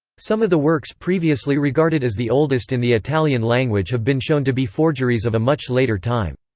some of the works previously regarded as the oldest in the italian language have been shown to be forgeries of a much later time.